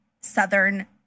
Southern